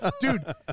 dude